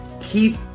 Keep